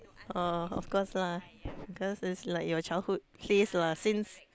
oh of course lah cause it's like your childhood place lah since